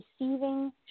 receiving